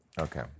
Okay